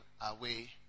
away